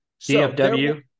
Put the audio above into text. CFW